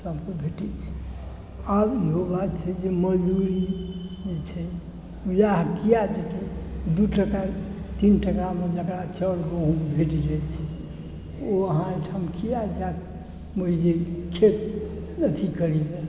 subsidy भेटै छै आब इहो बात छै जे मजदुरी जे छै बिआ किआ देते दू टका तीन टकामे जकरा चाउर गहूॅंम भेट जाइ छै ओ अहाँ ओहिठाम किया जायत मने खेत एथी करै लए